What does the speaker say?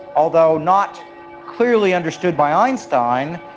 although not clearly understood by einstein,